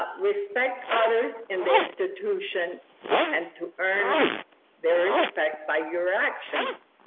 ah respect others in the institution and to earn their respect by your actions.